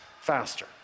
faster